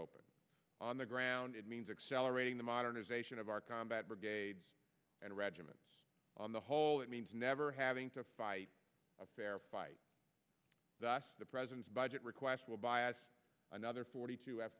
open on the ground it means accelerating the modernization of our combat brigades and regiments on the whole it means never having to fight a fair fight thus the president's budget request will be another forty two